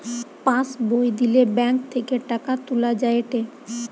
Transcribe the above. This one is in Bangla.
পাস্ বই দিলে ব্যাঙ্ক থেকে টাকা তুলা যায়েটে